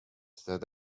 that